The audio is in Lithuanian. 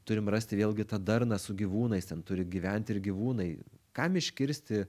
turim rasti vėlgi tą darną su gyvūnais ten turi gyventi ir gyvūnai kam iškirsti